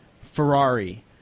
Ferrari